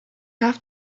have